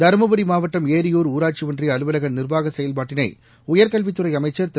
தருமபுரி மாவட்டம் ஏரியூர் ஊராட்சி ஒன்றிய அலுவலக நிர்வாக செயல்பாட்டினை உயர்கல்வித்துறை அமைச்சா் திரு